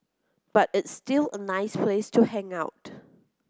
but it's still a nice place to hang out